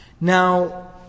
Now